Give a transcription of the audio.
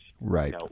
right